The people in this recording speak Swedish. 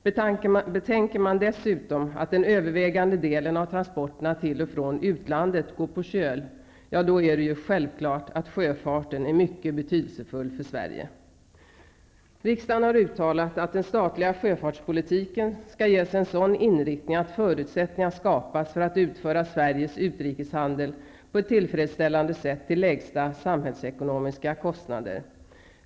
Betänker man dessutom att den övervägande delen av tranporterna till och från utlandet går på köl, så är det självklart att sjöfarten är mycket betydelsefull för Sverige. Riksdagen har uttalat att den statliga sjöfartspolitiken skall ges en sådan inriktning att förutsättningar skapas för att utföra Sveriges utrikeshandel på ett tillfredsställande sätt till lägsta samhällsekonomiska kostnader.